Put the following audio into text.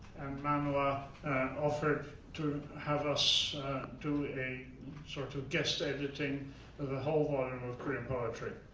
and manoa offered to have us do a sort of guest editing of a whole volume of korean poetry.